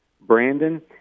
Brandon